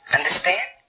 Understand